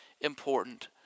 important